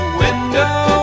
window